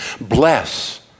Bless